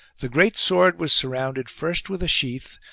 the great sword was surrounded first with a sheath,